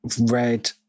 red